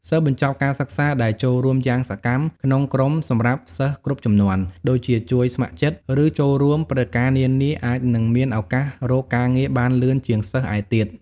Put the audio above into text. សិស្សបញ្ចប់ការសិក្សាដែលចូលរួមយ៉ាងសកម្មក្នុងក្រុមសម្រាប់សិស្សគ្រប់ជំនាន់ ដូចជាជួយស្ម័គ្រចិត្ត ឬចូលរួមព្រឹត្តិការណ៍នានា អាចនឹងមានឱកាសរកការងារបានលឿនជាងសិស្សឯទៀត។